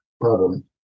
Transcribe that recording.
problem